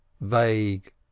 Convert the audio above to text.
vague